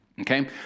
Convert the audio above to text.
Okay